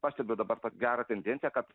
pastebiu dabar tą gerą tendenciją kad